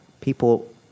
People